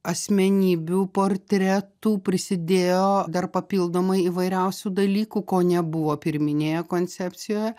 asmenybių portretų prisidėjo dar papildomai įvairiausių dalykų ko nebuvo pirminėje koncepcijoje